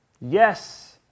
Yes